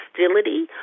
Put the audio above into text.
hostility